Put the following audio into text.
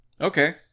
Okay